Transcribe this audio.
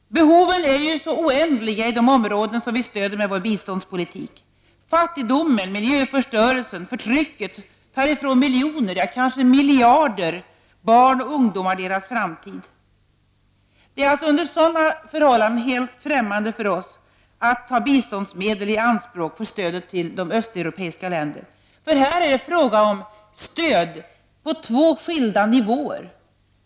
Behoven är oändliga i de områden som Sverige stöder med sin biståndspolitik. Fattigdomen, miljöförstörelsen och förtrycket tar ifrån miljoner, kanske miljarder barn och ungdomar deras framtid. Det är under sådana förhållanden helt främmande för oss i centerpartiet att ta biståndsmedel i anspråk för stödet till de östeuropeiska länderna. Här är det fråga om stöd på två skilda nivåer.